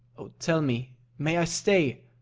oh, tell me may i stay,